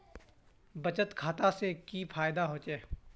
बचत खाता से की फायदा होचे?